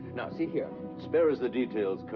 now, see here spare us the details,